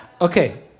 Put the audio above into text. Okay